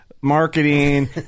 marketing